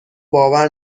باور